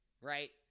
right